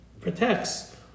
protects